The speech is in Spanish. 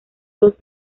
dos